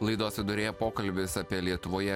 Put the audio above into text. laidos viduryje pokalbis apie lietuvoje